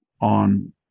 on